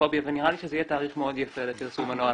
הטרנספוביות ונראה לי שזה יהיה תאריך מאוד יפה לפרסום הנוהל.